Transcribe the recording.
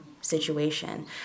situation